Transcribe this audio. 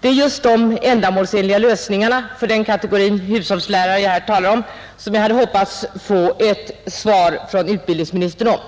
Det är just de ändamålsenliga lösningarna för den kategori hushållslärare jag här talar om som jag hade hoppats få ett svar från utbildningsministern om.